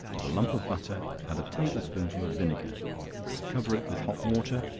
with a lump of butter and a table-spoonful of vinegar cover it with hot water,